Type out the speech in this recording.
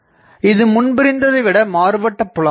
இது முன்பிருந்ததைவிட மாறுபட்ட புலம் ஆகும்